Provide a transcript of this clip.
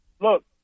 Look